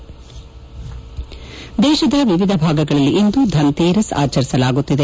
ಮುಖ್ಯಾಂಶ ಇ ದೇಶದ ವಿವಿಧ ಭಾಗಗಳಲ್ಲಿ ಇಂದು ಧನ್ ತೇರಸ್ ಆಚರಿಸಲಾಗುತ್ತಿದೆ